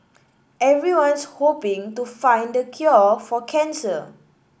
everyone's hoping to find the cure for cancer